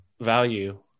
value